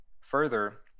Further